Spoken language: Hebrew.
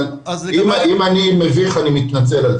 אבל אם אני מביך אני מתנצל.